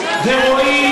ורועי,